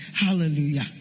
Hallelujah